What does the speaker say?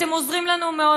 אתם עוזרים לנו מאוד,